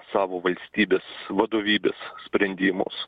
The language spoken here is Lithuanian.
savo valstybės vadovybės sprendimus